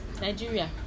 Nigeria